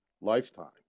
lifetime